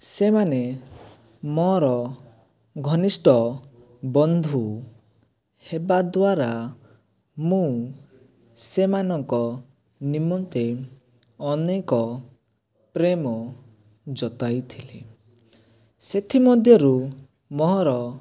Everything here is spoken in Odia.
ସେମାନେ ମୋର ଘନିଷ୍ଟ ବନ୍ଧୁ ହେବା ଦ୍ୱାରା ମୁଁ ସେମାନଙ୍କ ନିମନ୍ତେ ଅନେକ ପ୍ରେମ ଜତାଇ ଥିଲି ସେଥିମଧ୍ୟରୁ ମୋହର